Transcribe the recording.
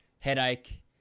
headache